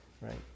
right